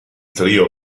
trio